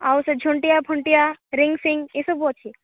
ଆଉ ସେ ଝୁଣ୍ଟିଆ ଫୁଣ୍ଟିଆ ରିଙ୍ଗ ସିଙ୍ଗ ଏ ସବୁ ଅଛି